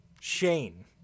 Shane